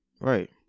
right